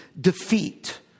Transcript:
defeat